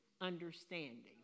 Understanding